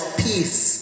peace